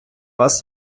вас